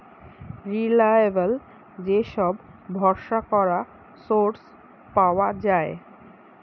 reliable যে সব ভরসা করা সোর্স পাওয়া যায়